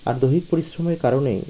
আর দৈহিক পরিশ্রমের কারণে